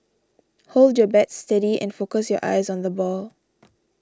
hold your bat steady and focus your eyes on the ball